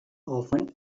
orphaned